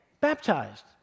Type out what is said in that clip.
baptized